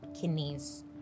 kidneys